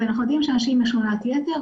אנחנו יודעים שאנשים עם השמנת יתר,